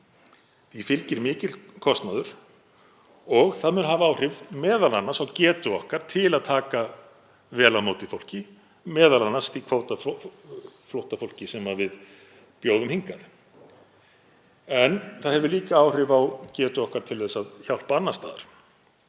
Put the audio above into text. Því fylgir mikill kostnaður og það mun hafa áhrif, m.a. á getu okkar til að taka vel á móti fólki, m.a. því kvótaflóttafólki sem við bjóðum hingað. En það hefur líka áhrif á getu okkar til að hjálpa annars staðar